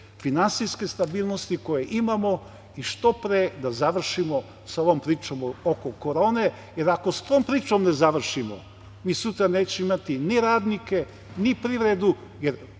finansijske stabilnosti koju imamo i što pre da završimo sa ovom pričom oko korone, jer ako sa tom pričom ne završimo, mi sutra nećemo imati ni radnike, ni privredu, jer